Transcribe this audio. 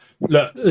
look